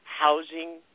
housing